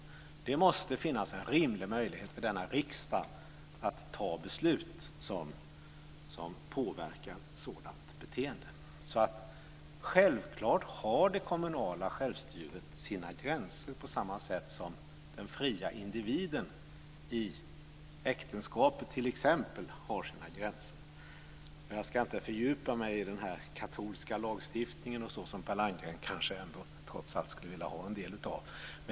Det måste finnas en rimlig möjlighet för denna riksdag att ta beslut som påverkar sådant beteende. Självklart har det kommunala självstyret sina gränser på samma sätt som den fria individen i t.ex. äktenskapet har sina gränser. Jag ska inte fördjupa mig i den katolska lagstiftningen, som Per Landgren kanske skulle vilja ha en del av.